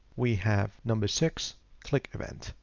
we have number six click event.